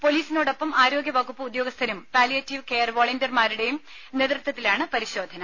പൊലീസിനോടൊപ്പം ആരോഗ്യ വകുപ്പ് ഉദ്യോഗസ്ഥരും പാലിയേറ്റീവ് കെയർ വോളന്റിയന്മാരുടെയും നേതൃത്വത്തിലാണ് പരിശോധന